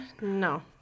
No